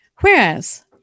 whereas